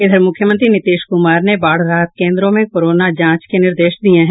इधर मुख्यमंत्री नीतीश कुमार ने बाढ़ राहत केंद्रों में कोरोना जांच के निर्देश दिये हैं